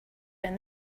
when